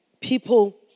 people